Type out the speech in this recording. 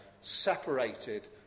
separated